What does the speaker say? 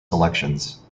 selections